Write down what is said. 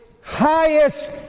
highest